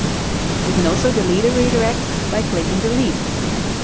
you can also delete a redirect, by clicking delete here.